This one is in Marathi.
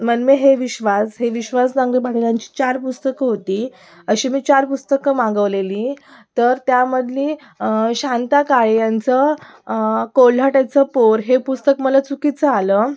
मन में है विश्वास हे विश्वास नांगरे पाटीलांची चार पुस्तकं होती अशी मी चार पुस्तकं मागवलेली तर त्यामधली शांता काळे यांचं कोल्हाट्याचं पोर हे पुस्तक मला चुकीचं आलं